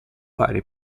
varie